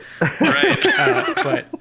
right